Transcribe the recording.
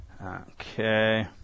Okay